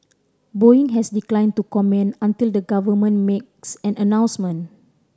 Boeing has declined to comment until the government makes an announcement